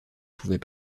pouvaient